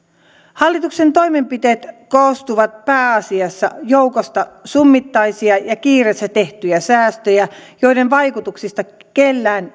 hallituksen toimenpiteet koostuvat pääasiassa joukosta summittaisia ja kiireessä tehtyjä säästöjä joiden vaikutuksista kellään